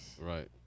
Right